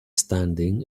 standing